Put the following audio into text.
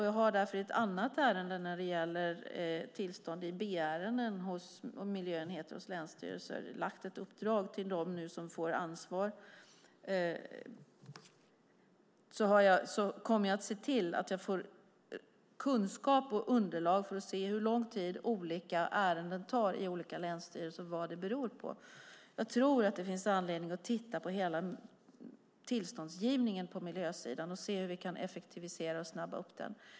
Jag har därför i ett annat ärende när det gäller tillstånd i B-ärenden hos miljöenheterna hos länsstyrelserna gett ett uppdrag till dem som nu får ansvar, och jag kommer att se till att jag får kunskap och underlag för att se hur lång tid olika ärenden tar i olika länsstyrelser och vad det beror på. Jag tror att det finns anledning att titta på hela tillståndsgivningen på miljösidan för att se hur vi kan effektivisera och snabba på den.